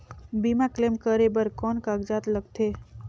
बीमा क्लेम करे बर कौन कागजात लगथे?